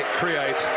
create